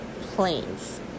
planes